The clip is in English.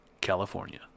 California